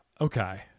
Okay